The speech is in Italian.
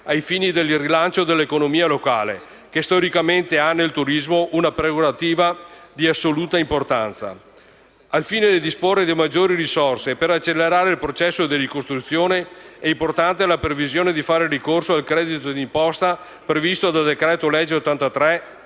ai fini del rilancio dell'economia locale, che, storicamente, ha nel turismo una prerogativa di assoluta importanza. Al fine di disporre di maggiori risorse e per accelerare il processo di ricostruzione, è importante la previsione di fare ricorso al credito di imposta previsto dal decreto-legge n.